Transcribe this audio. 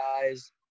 guys –